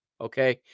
Okay